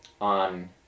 on